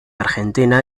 argentina